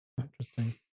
Interesting